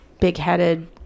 big-headed